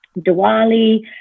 Diwali